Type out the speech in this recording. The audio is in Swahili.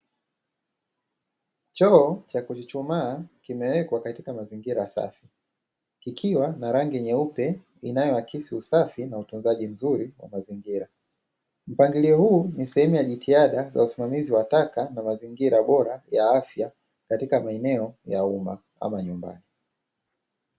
Choo cha kuchuchumaa kimewekwa katika mazingira safi, kikiwa na rangi nyeupe inayoakisi usafi na utunzaji mzuri wa mazingira. Mpangilio huu ni sehemu ya jitihada za usimamizi wa taka na mazingira bora ya afya, katika maeneo ya umma, ama nyumbani.